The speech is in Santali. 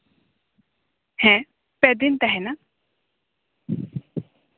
ᱦᱮᱸ ᱯᱮ ᱫᱤᱱ ᱛᱟᱦᱮᱸᱱᱟ